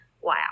wow